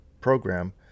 program